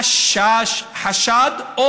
חשד,